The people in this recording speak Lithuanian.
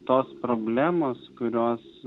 tos problemos kurios